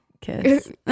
kiss